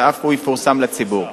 שאף הוא יפורסם לציבור.